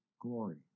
glory